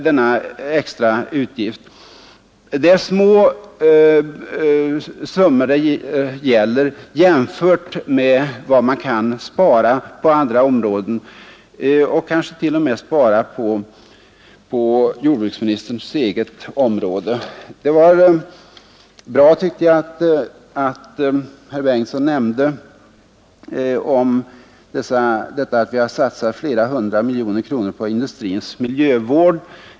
Det är små summor det gäller i jämförelse med vad man kan spara på andra områden, kanske t.o.m. spara på jordbruksministerns eget område. Det var bra, tycker jag, att herr Bengtsson nämnde att vi har satsat flera hundra miljoner kronor på industrins miljövård.